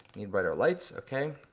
need brighter lights, okay.